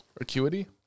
acuity